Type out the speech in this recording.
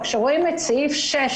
אבל כשרואים את סעיף 6,